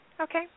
okay